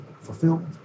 fulfilled